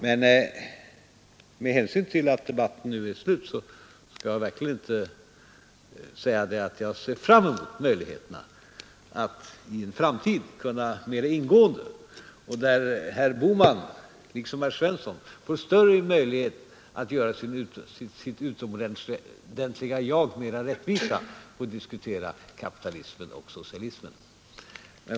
Men med hänsyn till att debatten nu är slut skall jag bara säga att jag verkligen ser fram emot möjligheterna att i en framtid mera ingående få diskutera kapitalismen och socialismen, i ett sammanhang där herr Bohman, och även herr Svensson, får större möjlighet att göra sitt utomordentliga jag rättvisa.